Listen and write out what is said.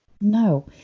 No